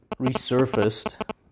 resurfaced